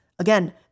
Again